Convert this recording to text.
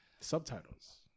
Subtitles